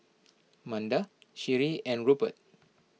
Manda Sheree and Rupert